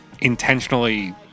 intentionally